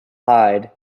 hide